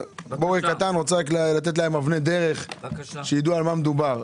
כבורג קטן אני רוצה לתת להם אבני דרך שיידעו במה מדובר,